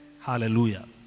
hallelujah